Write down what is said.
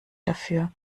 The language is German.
dafür